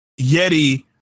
Yeti